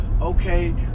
okay